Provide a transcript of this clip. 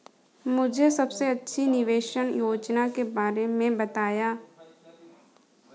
मुझे सबसे अच्छी निवेश योजना के बारे में बताएँ?